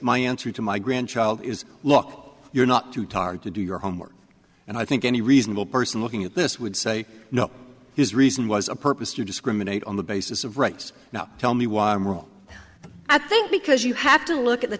my answer to my grandchild is look you're not too tired to do your homework and i think any reasonable person looking at this would say no his reason was a purpose to discriminate on the basis of race now tell me why i'm wrong i think because you have to look at the